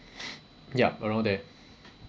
yup around there